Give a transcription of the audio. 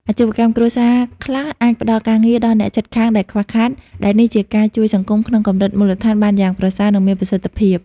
អាជីវកម្មគ្រួសារខ្លះអាចផ្ដល់ការងារដល់អ្នកជិតខាងដែលខ្វះខាត ដែលនេះជាការជួយសង្គមក្នុងកម្រិតមូលដ្ឋានបានយ៉ាងប្រសើរ និងមានប្រសិទ្ធភាព។